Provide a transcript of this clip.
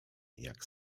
jak